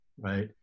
right